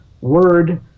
word